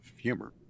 humor